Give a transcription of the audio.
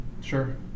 Sure